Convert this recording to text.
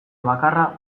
bakarra